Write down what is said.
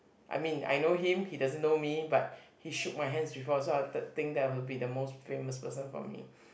I mean I know him he doesn't know me but he shook my hands before so I'll th~ think that will be the most famous person for me